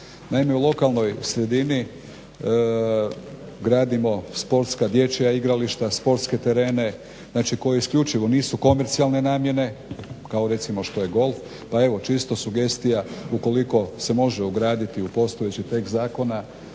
Naime, u lokalnoj sredini gradimo sportska, dječja igrališta, sportske terene, znači koji isključivo nisu komercijalne namjene kao recimo što je golf, pa evo čisto sugestija ukoliko se može ugraditi u postojeći tekst zakona